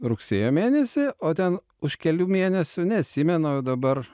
rugsėjo mėnesį o ten už kelių mėnesių neatsimenu dabar